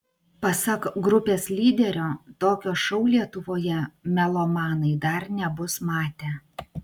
pasak grupės lyderio tokio šou lietuvoje melomanai dar nebus matę